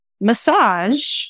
massage